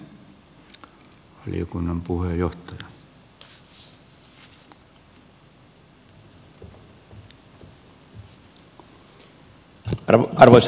arvoisa puhemies